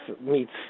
meets